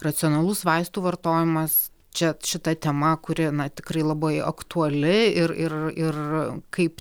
racionalus vaistų vartojimas čia šita tema kuri na tikrai labai aktuali ir ir ir kaip